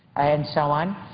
and so on,